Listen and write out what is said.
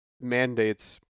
mandates